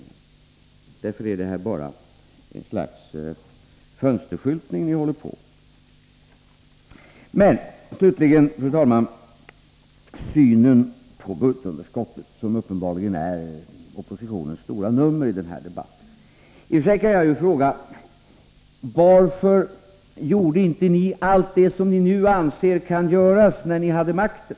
Vad ni håller på med är bara ett slags fönsterskyltning. Slutligen, fru talman, några ord om synen på budgetunderskottet, som uppenbarligen är oppositionens stora nummer i denna debatt. Varför gjorde inte ni allt det ni nu anser kan göras när ni hade makten?